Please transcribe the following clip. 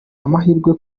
amahirwe